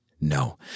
no